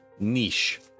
niche